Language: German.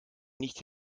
nicht